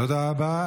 תודה רבה.